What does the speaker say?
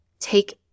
take